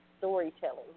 Storytelling